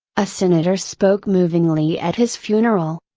a senator spoke movingly at his funeral.